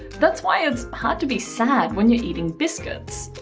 that's why it's hard to be sad when you're eating biscuits.